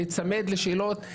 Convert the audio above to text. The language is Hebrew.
להיצמד לשאלות.